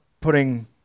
putting